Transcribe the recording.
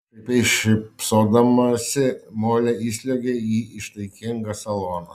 pašaipiai šypsodamasi molė įsliuogė į ištaigingą saloną